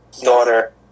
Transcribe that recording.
daughter